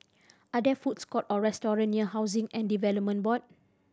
are there foods court or restaurant near Housing and Development Board